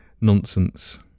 nonsense